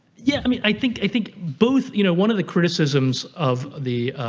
yeah i mean i think i think both you know one of the criticisms of the